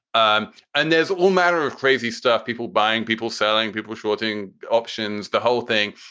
um and there's all manner of crazy stuff, people buying people, selling, people, shorting options. the whole thing,